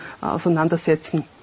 Auseinandersetzen